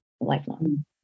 lifelong